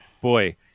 boy